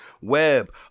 web